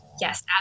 yes